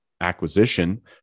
acquisition